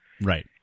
Right